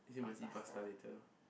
is it must eat pasta later